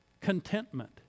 Contentment